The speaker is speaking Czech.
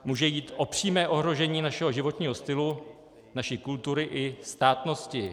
Může jít o přímé ohrožení našeho životního stylu, naší kultury i státnosti.